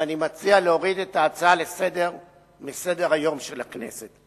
ואני מציע להוריד את ההצעה מסדר-היום של הכנסת.